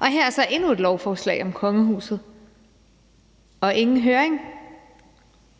og her er så endnu et lovforslag om kongehuset – og ingen høring.